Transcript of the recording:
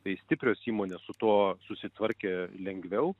tai stiprios įmonės su tuo susitvarkė lengviau